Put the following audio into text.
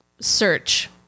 search